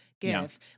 give